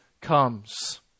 comes